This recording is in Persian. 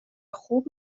خوب